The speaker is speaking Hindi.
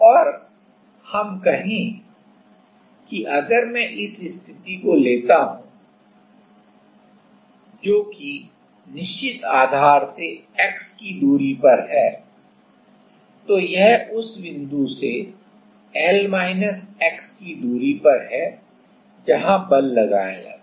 और हम कहें कि अगर मैं इस स्थिति को लेता हूं जो कि है निश्चित आधार से x की दूरी पर है तो यह उस बिंदु से L x की दूरी पर है जहां बल लगाया जाता है